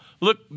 look